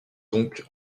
donc